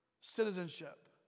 Citizenship